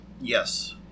Yes